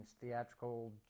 theatrical